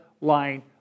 line